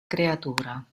creatura